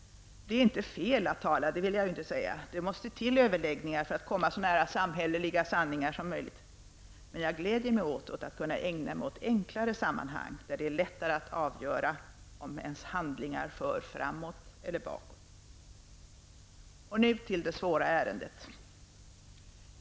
Jag vill inte påstå att det är fel att tala. Det måste till överläggningar för att komma så nära samhälleliga sanningar som möjligt, men jag gläder mig åt att kunna ägna mig åt enklare sammanhang, där det är lättare att avgöra om ens handlingar för framåt eller bakåt. Nu till det svåra ärendet.